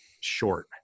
short